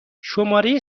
شماره